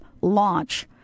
launch